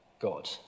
God